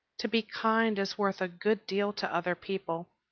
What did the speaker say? to be kind is worth a good deal to other people.